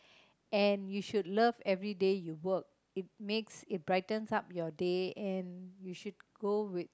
and you should love everyday you work and it makes it brightens up your day and you should go with